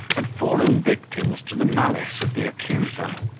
had fallen victims to the malice of the accuser.